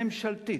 ממשלתית,